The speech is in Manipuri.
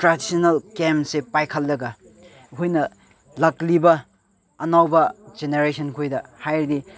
ꯇ꯭ꯔꯦꯗꯤꯁꯅꯦꯜ ꯒꯦꯝꯁꯁꯦ ꯄꯥꯏꯈꯠꯂꯒ ꯑꯩꯈꯣꯏꯅ ꯂꯥꯛꯂꯤꯕ ꯑꯅꯧꯕ ꯖꯦꯅꯦꯔꯦꯁꯟꯈꯣꯏꯗ ꯍꯥꯏꯔꯗꯤ